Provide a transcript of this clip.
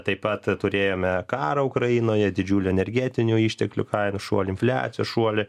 taip pat turėjome karą ukrainoje didžiulį energetinių išteklių kainų šuolį infliacijos šuolį